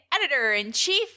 Editor-in-Chief